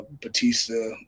Batista